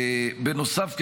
בנוסף,